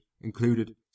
included